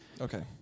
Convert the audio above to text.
Okay